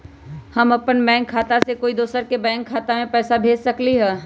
हम अपन बैंक खाता से कोई दोसर के बैंक खाता में पैसा कैसे भेज सकली ह?